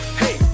hey